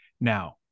now